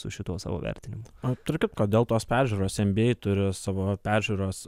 su šituo savo vertinimu tarp kitko dėl tos peržiūros en by ei turi savo peržiūros